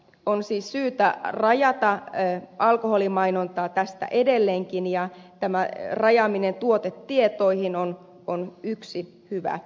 on siis syytä rajata alkoholimainontaa tästä edelleenkin ja tämä rajaaminen tuotetietoihin on yksi hyvä keino